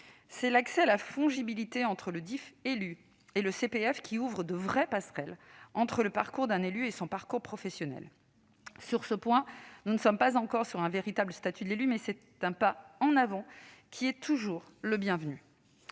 des droits. La fongibilité entre le DIFE et le CPF ouvre de vraies passerelles entre le parcours d'un élu et son parcours professionnel. Sur ce point, nous ne sommes pas encore parvenus à un véritable statut de l'élu, mais c'est un pas en avant qui est toujours le bienvenu.